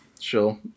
Sure